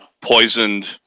poisoned